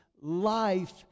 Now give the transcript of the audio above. life